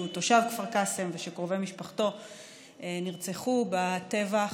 שהוא תושב כפר קאסם ושקרובי משפחתו נרצחו בטבח.